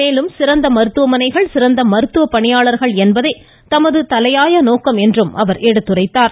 மேலும் சிறந்த மருத்துவமனைகள் சிறந்த மருத்துவப் பணியாளர்கள் என்பதே தமது தலையாய நோக்கம் என்றும் பிரதமர் எடுத்துரைத்தார்